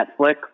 Netflix